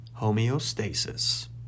homeostasis